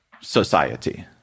society